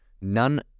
none